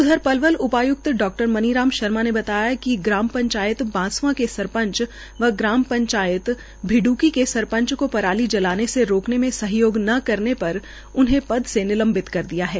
उधर पलवल उपाय्क्त डा मनी राम शर्मा ने बताया कि ग्राम पंचायत बांसवा के सरपंच व ग्राम पंचायत भिड्रकी के सरपंच को पराली जलाने से रोकने में सहयोग न करने पर उन्हें पद से निलंबित कर दिया है